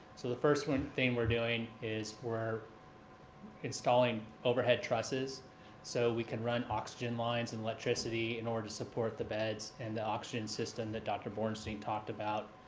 so the first thing we're doing is we're installing overhead tresses so we can run oxygen lines and electricity in order to support the beds and the oxygen system that dr. borenstein talked about.